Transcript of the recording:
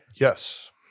Yes